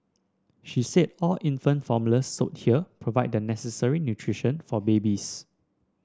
she said all infant formula sold here provide the necessary nutrition for babies